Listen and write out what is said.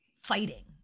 fighting